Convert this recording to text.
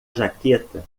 jaqueta